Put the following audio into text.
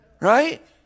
Right